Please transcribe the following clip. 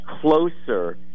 closer